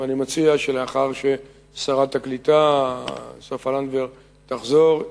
אני מציע שלאחר ששרת הקליטה סופה לנדבר תחזור,